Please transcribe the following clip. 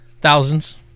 thousands